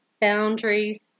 boundaries